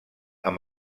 amb